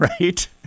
right